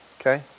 Okay